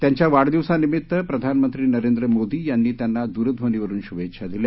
त्यांच्या वाढदिवसानिमित्त प्रधानमंत्री नरेंद्र मोदी यांनी त्यांना दूरध्वनीवरून शुभेच्छा दिल्या